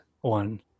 one